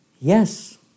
Yes